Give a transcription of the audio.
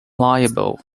liable